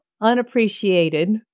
unappreciated